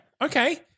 Okay